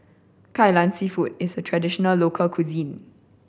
Kai Lan Seafood is a traditional local cuisine